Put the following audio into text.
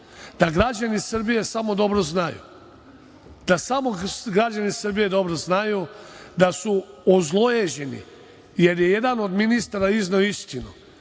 građani Srbije samo dobro znaju, da samo građani Srbije dobro znaju da su ozlojeđeni jer je jedan od ministara izneo istinu,